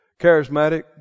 charismatic